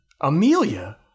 Amelia